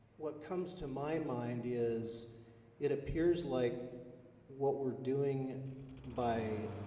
what comes to my mind is it appears like what we're doing by?